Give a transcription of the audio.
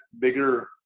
bigger